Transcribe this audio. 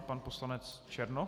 Pan poslanec Černoch.